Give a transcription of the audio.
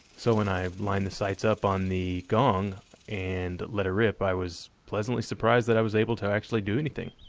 so when i've lined the sights up on the gong and let her rip, i was pleasantly surprised that i was able to actually do anything.